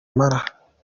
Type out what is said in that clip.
mara